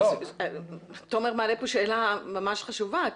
תומר מעלה כאן שאלה ממש חשובה.